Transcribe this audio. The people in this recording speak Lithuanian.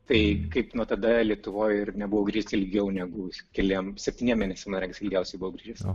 tai kaip nuo tada lietuvoj ir nebuvau grįžęs ilgiau negu keliem septyniem mėnesiam regis ilgiausiai buvau grįžęs